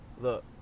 look